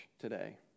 today